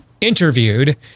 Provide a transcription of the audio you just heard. interviewed